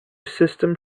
system